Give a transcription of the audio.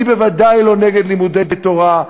אני בוודאי לא נגד לימוד תורה,